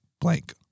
blank